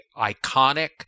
iconic